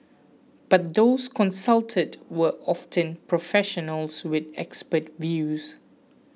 but those consulted were often professionals with expert views